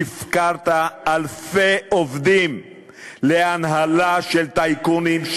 הפקרת אלפי עובדים להנהלה של טייקונים,